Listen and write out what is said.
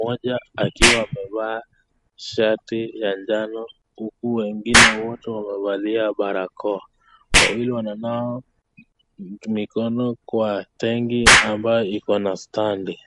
Mmoja akiwa amevaa shati ya njano huku wengine wote wamevalia barakoa, wawili wananawa mikono kwa tenki ambayo iko na standi.